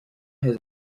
his